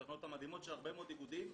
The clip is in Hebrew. התכניות המדהימות של הרבה מאוד איגודים,